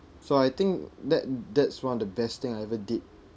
so I think that that's one of the best thing I ever did